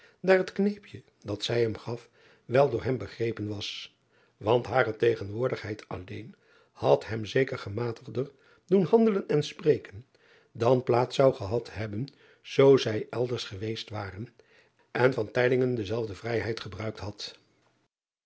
daar het kneepje dat zij hem gaf wel door hem begrepen was want hare tegenwoordigheid alleen had hem zeker gematigder doen handelen en spreken dan plaats zou gehad hebben zoo zij elders geweest waren en dezelfde vrijheid gebruikt had